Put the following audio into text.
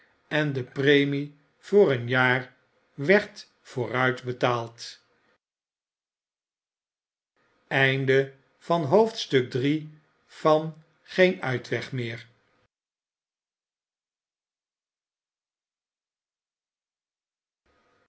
en de premie voor een jaar werd vooruit betaald iv g e